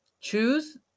choose